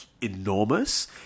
enormous